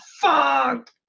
fuck